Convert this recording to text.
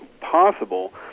possible